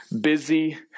busy